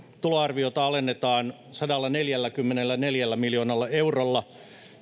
tuloarviota alennetaan sadallaneljälläkymmenelläneljällä miljoonalla eurolla